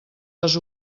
les